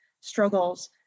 struggles